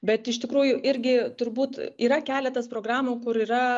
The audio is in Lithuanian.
bet iš tikrųjų irgi turbūt yra keletas programų kur yra